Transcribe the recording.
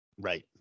Right